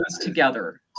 together